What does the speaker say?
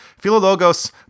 Philologos